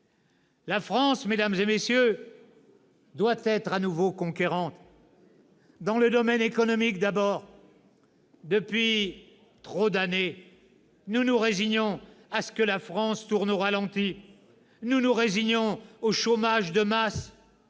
La France, mesdames, messieurs, doit être de nouveau conquérante. « J'évoquerai tout d'abord le domaine économique. Depuis trop d'années, nous nous résignons à ce que la France tourne au ralenti. Nous nous résignons au chômage de masse.